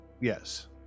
Yes